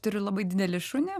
turiu labai didelį šunį